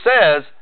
says